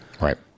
Right